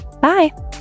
Bye